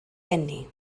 eni